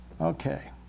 Okay